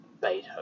Beethoven